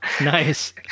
nice